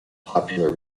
popular